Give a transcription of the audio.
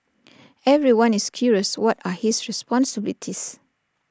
everyone is curious what are his responsibilities